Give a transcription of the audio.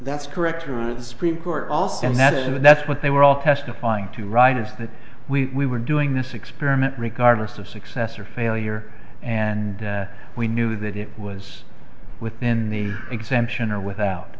that's correct to run a supreme court also and that and that's what they were all testifying to right is that we were doing this experiment regardless of success or failure and we knew that it was within the exemption or without